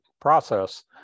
process